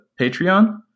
Patreon